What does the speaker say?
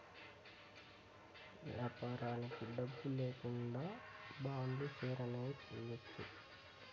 వ్యాపారానికి డబ్బు లేకుండా బాండ్లు, షేర్లు అనేవి ఇయ్యచ్చు